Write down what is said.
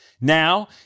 Now